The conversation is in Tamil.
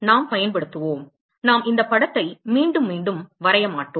நாம் பயன்படுத்துவோம் நாம் இந்த படத்தை மீண்டும் மீண்டும் வரையமாட்டோம்